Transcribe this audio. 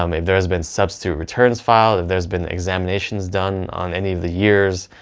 um if there has been substitute returns filed, if there's been examinations done on any of the years,